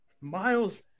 Miles